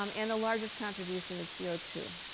um and the largest contribution is c o two.